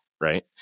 right